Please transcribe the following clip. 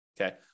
okay